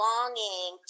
longing